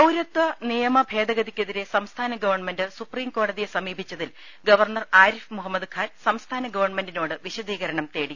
പൌരത്വ നിയമ ഭേദഗതിക്കെതിരെ സംസ്ഥാനഗവൺമെന്റ് സുപ്രീംകോടതിയെ സമീപിച്ചതിൽ ഗവർണർ ആരിഫ് മുഹമ്മദ് ഖാൻ സംസ്ഥാന ഗവൺമെന്റിനോട് വിശ ദീകരണം തേടി